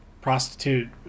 prostitute